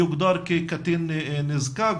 יוגדר כקטין נזקק",